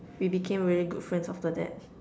we became really good friends after that